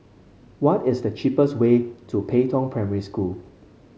what is the cheapest way to Pei Tong Primary School